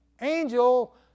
angel